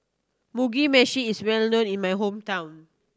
Mugi Meshi is well known in my hometown